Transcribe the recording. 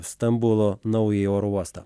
stambulo naująjį oro uostą